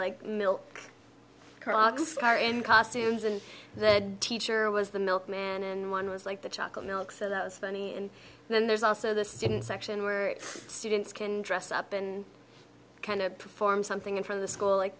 like milk are in costumes and that teacher was the milkman and one was like the chocolate milk so that was funny and then there's also the student section were students can dress up and perform something from the school like